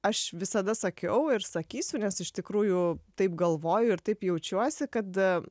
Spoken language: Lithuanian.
aš visada sakiau ir sakysiu nes iš tikrųjų taip galvoju ir taip jaučiuosi kad